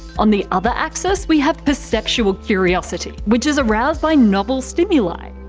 on the other axis, we have perceptual curiosity, which is aroused by novel stimuli,